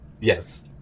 yes